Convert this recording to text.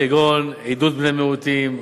כגון עידוד בני מיעוטים,